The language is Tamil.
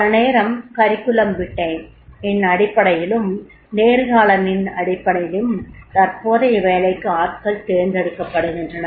பல நேரம் கரிக்குலம் விட்டே யின் அடிப்படையிலும் நேர்காணலின் அடிப்படையிலும் தற்போதைய வேலைக்கு ஆட்கள் தேர்ந்தெடுக்கப்படுகின்றனர்